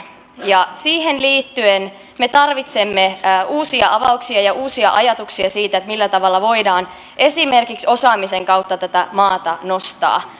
siihen liittyen me tarvitsemme uusia avauksia ja uusia ajatuksia siitä millä tavalla voidaan esimerkiksi osaamisen kautta tätä maata nostaa